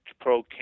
pro